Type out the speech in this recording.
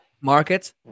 market